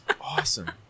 awesome